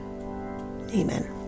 Amen